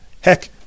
Heck